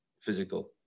physical